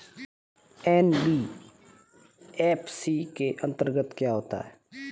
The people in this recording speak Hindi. एन.बी.एफ.सी के अंतर्गत क्या आता है?